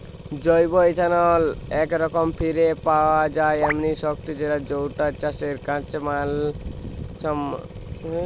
জৈব ইথানল একরকম ফিরে পাওয়া যায় এমনি শক্তি যৌটা চাষের কাঁচামাল নু উৎপাদিত হেইতে পারে